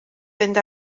fynd